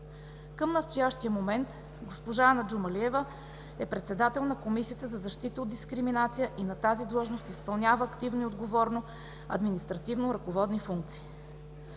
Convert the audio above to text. Към настоящия момент Ана Джумалиева е председател на Комисията за защита от дискриминация и на тази длъжност изпълнява активно и отговорно административно-ръководни функции.